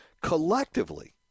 collectively